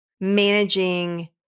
managing